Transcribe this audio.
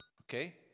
okay